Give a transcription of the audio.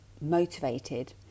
motivated